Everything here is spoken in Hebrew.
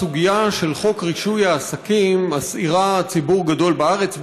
הסוגיה של חוק רישוי העסקים מסעירה ציבור גדול בארץ,